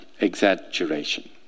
exaggeration